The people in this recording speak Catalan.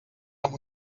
amb